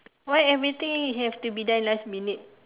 why everything has to be done last minute